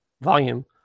volume